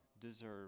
deserve